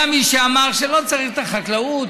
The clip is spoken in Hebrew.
היה מי שאמר שלא צריך את החקלאות,